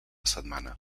setmana